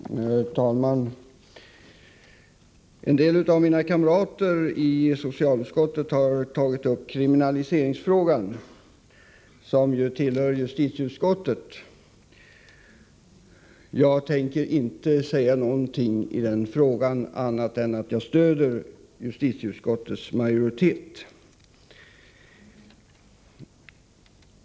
Herr talman! En del av mina kamrater i socialutskottet har tagit upp kriminaliseringsfrågan, som ju tillhör justitieutskottets verksamhetsområde. Jag tänker inte säga någonting i den frågan, annat än att jag stöder justitieutskottets majoritet.